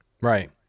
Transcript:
Right